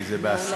כי זה בהסכמה.